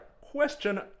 question